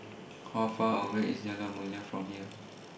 How Far away IS Jalan Mulia from here